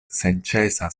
senĉesa